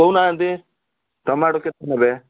କହୁ ନାହାଁନ୍ତି ଟମାଟୋ କେତେ ନେବେ